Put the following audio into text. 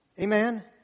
Amen